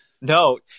No